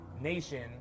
Nation